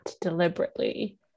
deliberately